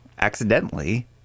accidentally